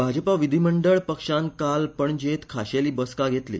भाजपा विधीमंडळ पक्षान आयज पणजेंत खाशेली बसका घेतली